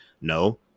No